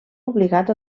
obligat